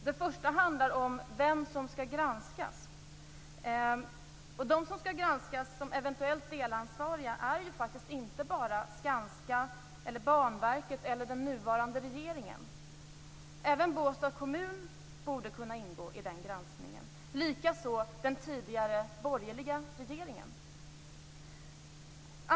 Den första punkten handlar om vilka som skall granskas. De som skall granskas som eventuellt delansvariga är ju faktiskt inte bara Skanska, Banverket eller den nuvarande regeringen. Även Båstads kommun borde kunna ingå i den granskningen. Detsamma gäller den tidigare borgerliga regeringen.